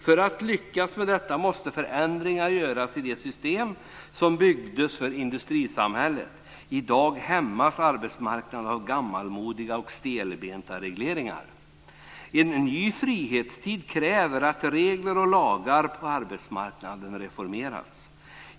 För att lyckas med detta måste förändringar göras i de system som byggdes för industrisamhället. I dag hämmas arbetsmarknaden av gammalmodiga och stelbenta regleringar. En ny frihetstid kräver att regler och lagar på arbetsmarknaden reformeras.